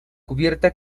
cubierta